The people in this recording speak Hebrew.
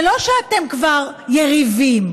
זה לא שאתם כבר יריבים,